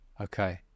Okay